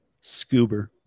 Scuba